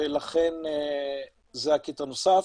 ולכן זה הקטע הנוסף.